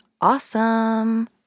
awesome